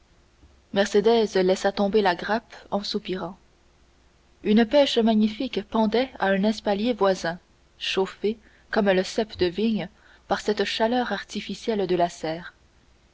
muscat mercédès laissa tomber la grappe en soupirant une pêche magnifique pendait à un espalier voisin chauffé comme le cep de vigne par cette chaleur artificielle de la serre